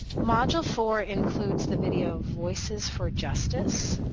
module four includes the video, voices for justice.